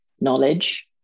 knowledge